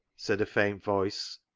said a faint voice,